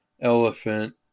elephant